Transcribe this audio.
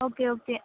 okay okay